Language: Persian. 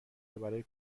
برای